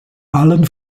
allen